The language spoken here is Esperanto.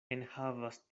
enhavas